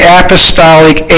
apostolic